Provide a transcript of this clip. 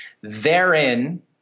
Therein